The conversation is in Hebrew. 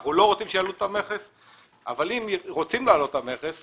אנחנו לא רוצים שיעלו את המכס אבל אם רוצים להעלות את המכס,